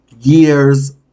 years